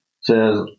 says